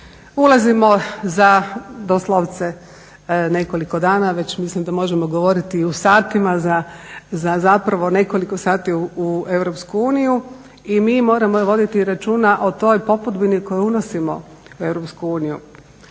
Ulazimo za doslovce nekoliko dana, već mislim da možemo govoriti i u satima za zapravo nekoliko sati u EU i mi moramo voditi računa o toj popudbini koju unosimo u EU.